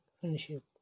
Friendship